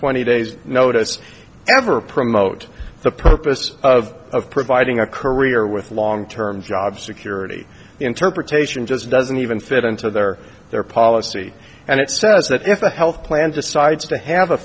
twenty days notice ever promote the purpose of providing a career with long term job security interpretation just doesn't even fit into their their policy and it says that if a health plan decides to have a